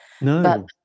No